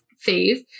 phase